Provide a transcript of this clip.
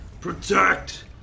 protect